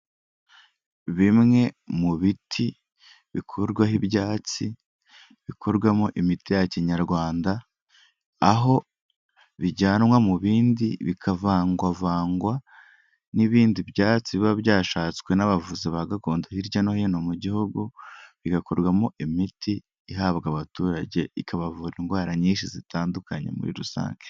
Bimwe mu biti bikurwaho ibyatsi bikorwamo imiti ya Kinyarwanda aho bijyanwa mu bindi bikavangwavangwa n'ibindi byatsi biba byashatswe n'abavuzi ba gakondo hirya no hino mu Gihugu, bigakorwamo imiti ihabwa abaturage ikabavura indwara nyinshi zitandukanye muri rusange.